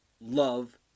love